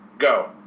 go